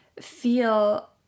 feel